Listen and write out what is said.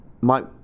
Mike